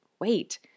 wait